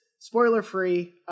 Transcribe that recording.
Spoiler-free